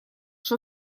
что